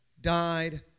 died